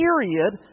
period